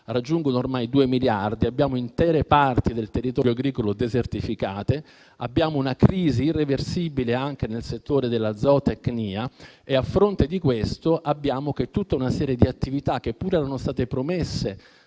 raggiungono ormai i due miliardi. Abbiamo intere parti del territorio agricolo desertificate, con una crisi irreversibile anche nel settore della zootecnia. A fronte di questo, tutta una serie di attività, che pure erano state promesse